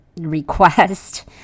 request